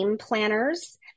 planners